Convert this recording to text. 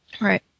Right